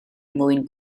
mwyn